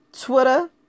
Twitter